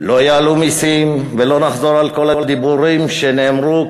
לא יעלו מסים, ולא נחזור על כל הדיבורים שנאמרו